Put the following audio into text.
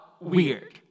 weird